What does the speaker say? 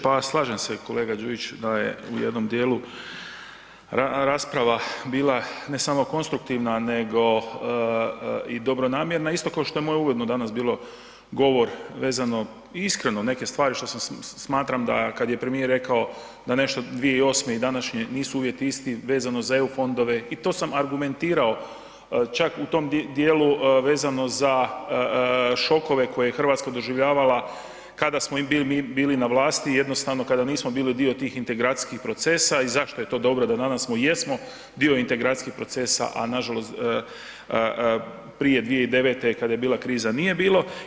Pa slažem se kolega Đujić da je u jednom dijelu rasprava bila ne samo konstruktivna nego i dobronamjerna isto kao što je moje uvodno danas bio govor vezano i iskreno neke stvari što smatram da kada je premijer rekao da nešto 2008. i današnje nisu uvjeti isti vezano za eu fondove i to sam argumentirao čak u tom dijelu vezano za šokove koje je Hrvatska doživljavala kada smo mi bili na vlasti, jednostavno kada nismo bili dio tih integracijskih procesa i zašto je to dobro da danas jesmo dio integracijskih procesa a nažalost prije 2009. kada je bila kriza nije bilo.